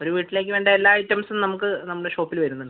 ഒരു വീട്ടിലേക്ക് വേണ്ട എല്ലാ ഐറ്റംസും നമുക്ക് നമ്മുടെ ഷോപ്പില് വരുന്നുണ്ട്